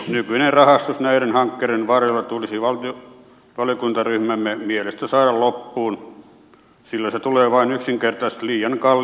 nykyinen rahastus näiden hankkeiden varjolla tulisi valiokuntaryhmämme mielestä saada loppumaan sillä se tulee vain yksinkertaisesti liian kalliiksi yhteiskunnalle